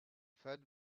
fed